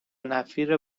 نفیر